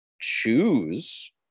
choose